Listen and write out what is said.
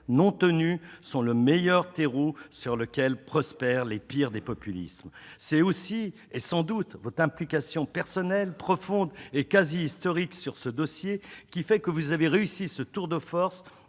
non tenues sont le meilleur terreau sur lequel prospèrent les pires des populismes. C'est aussi, sans doute, votre implication personnelle, profonde et quasiment historique sur ce dossier qui explique que vous ayez réussi le tour de force